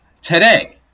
Today